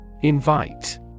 Invite